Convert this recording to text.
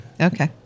Okay